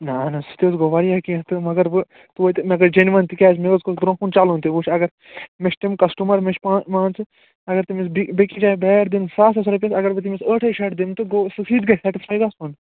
اَہَن حظ سُہ تہِ حظ گوٚو واریاہ کیٚنٛہہ تہٕ مگر وۅنۍ توتہِ مےٚ گٔژھ جینوَن تِکیٛازِ مےٚ حظ گوٚژھ برٛونٛہہ کُن چَلُن تہِ وُچھ اَگر مےٚ چھِ تِم کَسٹٕمَر مےٚ چھِ پا مان ژٕ اَگر تٔمِس بےٚ بیٚیِس جایہِ بیٹ دِن ساسَس رۄپیَس اَگر بہٕ تٔمِس ٲٹھٕے شیٚتھ دِمہٕ تہٕ گوٚو سُہ تہِ گژھِ سیٹٕسفاے گژھُن